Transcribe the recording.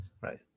Right